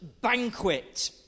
banquet